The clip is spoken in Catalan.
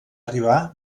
arribar